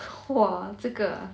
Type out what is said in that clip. !wah! 这个 ah